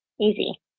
easy